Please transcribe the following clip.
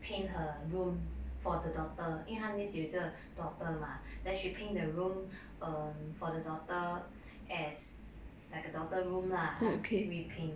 paint her room for the daughter 因为她的 niece 有一个 daughter mah then she paint the rooms for the daughter as like a daughter room lah 她 repaint